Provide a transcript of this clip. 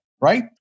Right